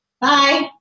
Bye